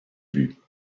but